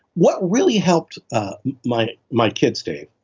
what really helped my my kids dave,